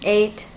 Eight